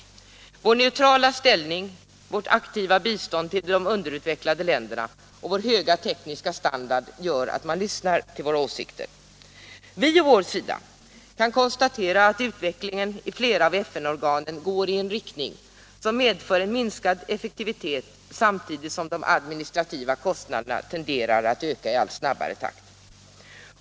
Vår neutrala ställning, vårt aktiva bistånd till de underutvecklade länderna och vår höga tekniska standard gör att man lyssnar till våra åsikter. Vi å vår sida kan konstatera att utvecklingen i flera av FN-organen går i en riktning som medför en minskad effektivitet samtidigt som de administrativa kostnaderna tenderar att öka i allt snabbare takt.